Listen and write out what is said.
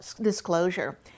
disclosure